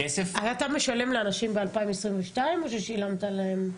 אתה משלם לאנשים ב-2022 או ששילמת להם?